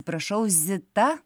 prašau zita